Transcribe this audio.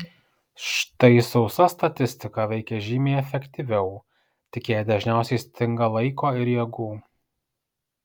štai sausa statistika veikia žymiai efektyviau tik jai dažniausiai stinga laiko ir jėgų